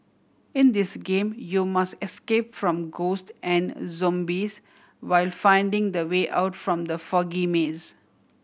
in this game you must escape from ghosts and zombies while finding the way out from the foggy maze